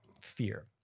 fear